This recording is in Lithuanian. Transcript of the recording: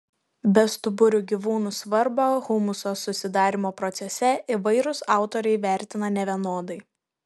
bestuburių gyvūnų svarbą humuso susidarymo procese įvairūs autoriai vertina nevienodai